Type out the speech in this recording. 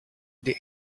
the